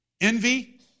Envy